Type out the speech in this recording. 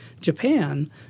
Japan